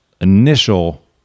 initial